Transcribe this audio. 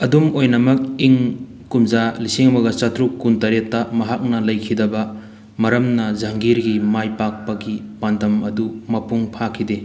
ꯑꯗꯨꯝ ꯑꯣꯏꯅꯃꯛ ꯏꯪ ꯀꯨꯝꯖꯥ ꯂꯤꯁꯤꯡ ꯑꯃꯒ ꯆꯇ꯭ꯔꯨꯛ ꯀꯨꯟꯇꯔꯦꯠꯇ ꯃꯍꯥꯛꯅ ꯂꯩꯈꯤꯗꯕ ꯃꯔꯝꯅ ꯖꯪꯍꯒꯤꯔꯒꯤ ꯃꯥꯏꯄꯥꯛꯄꯒꯤ ꯄꯥꯟꯗꯝ ꯑꯗꯨ ꯃꯄꯨꯡ ꯐꯥꯈꯤꯗꯦ